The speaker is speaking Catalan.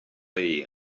dir